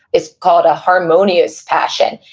it's called a harmonious passion.